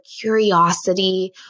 curiosity